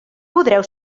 podreu